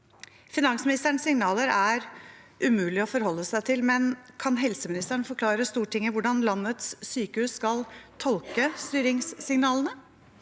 Finansministerens signaler er det umulig å forholde seg til, men kan helseministeren forklare Stortinget hvordan landets sykehus skal tolke styringssignalene?